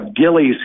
Gilly's